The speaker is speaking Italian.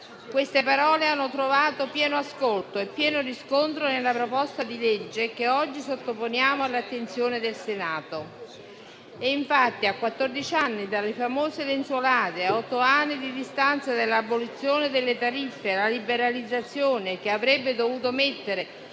Queste parole hanno trovato pieno ascolto e pieno riscontro nella proposta di legge che oggi sottoponiamo all'attenzione del Senato. Infatti, a quattordici anni di distanza dalle famose lenzuolate e a otto anni dall'abolizione delle tariffe, la liberalizzazione che avrebbe dovuto mettere